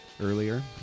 earlier